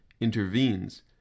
intervenes